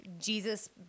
Jesus